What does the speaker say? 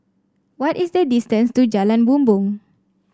what is the distance to Jalan Bumbong